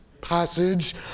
passage